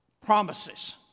promises